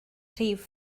rhif